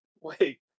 Wait